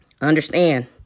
Understand